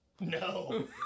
No